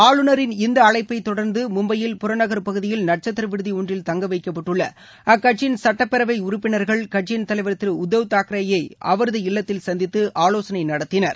ஆளுநரின் இந்த அழைப்பை தொடர்ந்து மும்பையில் புறநகர் பகுதியில் நட்சத்திர விடுதி ஒன்றில் தங்கவைக்கப்பட்டுள்ள அக்கட்சியின் சுட்டப்பேரவை உறுப்பினர்கள் கட்சியின் தலைவர் திரு உத்தவ் தாக்ரேயை அவரது இல்லத்தில் சந்தித்து ஆலோசனை நடத்தினர்